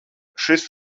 šis